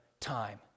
time